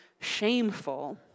shameful